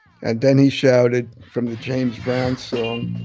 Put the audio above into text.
and then he shouted, from the james brown song.